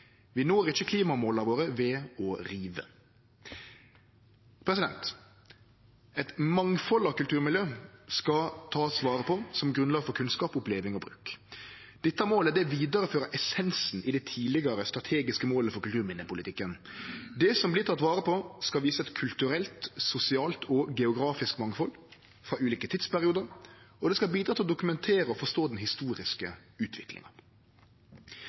Vi når ikkje klimamåla våre ved å rive. Eit mangfald av kulturmiljø skal ein ta vare på som grunnlag for kunnskap, oppleving og bruk. Dette målet vidarefører essensen i det tidlegare strategiske målet for kulturminnepolitikken. Det som vert teke vare på, skal vise eit kulturelt, sosialt og geografisk mangfald frå ulike tidsperiodar, og det skal bidra til å dokumentere og forstå den historiske utviklinga.